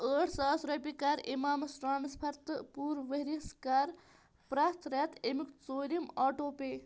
ٲٹھ ساس رۄپیہِ کَر اِمامَس ٹرانسفر تہٕ پوٗرٕ ؤرۍ یَس کَر پرٛٮ۪تھ رٮ۪تہٕ امیُک ژوٗرِم آٹو پے